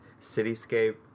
cityscape